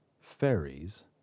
Fairies